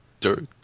dirt